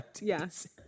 Yes